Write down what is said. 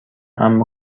اما